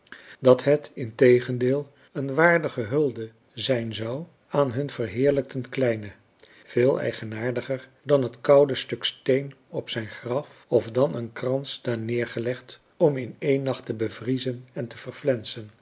dat het integendeel een waardige hulde zijn zou aan hun verheerlijkten kleine veel eigenaardiger dan het koude stuk steen op zijn graf of dan een krans daar neergelegd om in één nacht te bevriezen en te verflensen